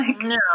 No